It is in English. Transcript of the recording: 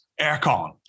Aircon